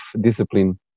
discipline